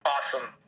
Awesome